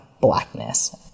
blackness